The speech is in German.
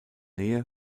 nähe